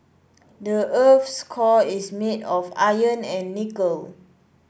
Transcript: the earth's core is made of iron and nickel